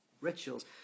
rituals